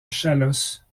chalosse